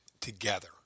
together